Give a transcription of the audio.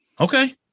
Okay